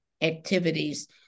activities